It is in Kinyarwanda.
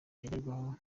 ngenderwaho